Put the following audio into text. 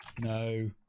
no